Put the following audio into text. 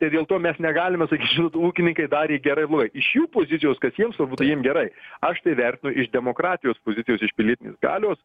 ir dėl to mes negalimesakyt žinot ūkininkai darė gerai ar blogai iš jų pozicijos kad jiems svarbu tai jiem gerai aš tai vertinu iš demokratijos pozicijos iš pilietinės galios